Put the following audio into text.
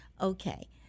okay